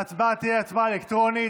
ההצבעה תהיה הצבעה אלקטרונית.